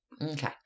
Okay